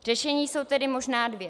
Řešení jsou tedy možná dvě.